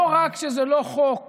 לא רק שזה לא חוק